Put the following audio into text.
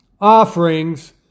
offerings